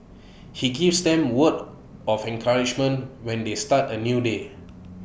he gives them words of encouragement when they start A new day